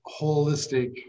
holistic